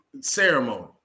ceremony